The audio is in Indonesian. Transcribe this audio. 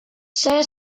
saya